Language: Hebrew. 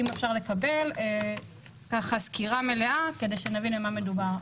אם אפשר לקבל סקירה מלאה כדי שנבין על מה מדובר.